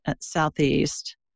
southeast